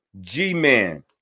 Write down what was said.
G-Man